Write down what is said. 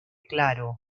claro